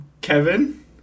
Kevin